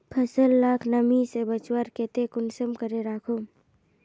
फसल लाक नमी से बचवार केते कुंसम करे राखुम?